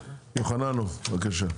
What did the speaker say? יוחננוף, בבקשה.